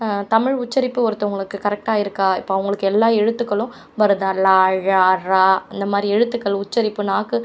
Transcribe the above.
தமிழ் உச்சரிப்பு ஒருத்தவர்களுக்கு கரெக்ட்டாக இருக்கா இப்போ அவர்களுக்கு எல்லா எழுத்துக்களும் வருதா லழற அந்தமாதிரி எழுத்துக்கள் உச்சரிப்பு நாக்கு